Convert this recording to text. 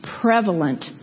prevalent